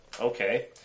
okay